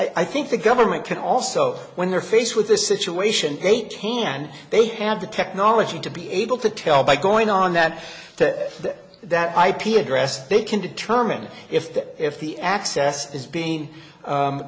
i think the government can also when they're faced with this situation great can they have the technology to be able to tell by going on that that that ip address they can determine if that if the access is being